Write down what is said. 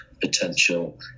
potential